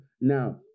now